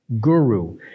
guru